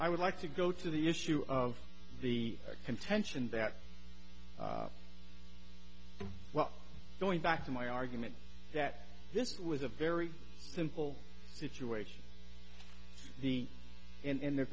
i would like to go to the issue of the contention that well going back to my argument that this was a very simple situation the and